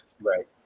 right